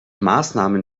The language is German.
maßnahmen